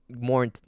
more